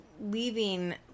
leaving